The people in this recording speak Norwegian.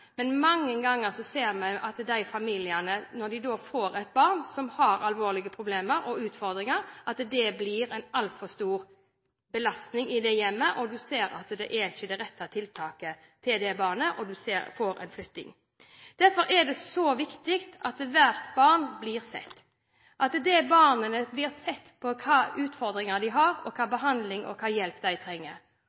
Men mange ganger ser vi at for de familiene som får et barn med alvorlige problemer og utfordringer, blir det en altfor stor belastning på hjemmet. Man ser at det ikke er det rette tiltaket for det barnet, og man får en flytting. Derfor er det viktig at hvert barn blir sett – at barn blir sett i forhold til de utfordringene de har, og hva slags behandling og hjelp de trenger.